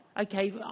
Okay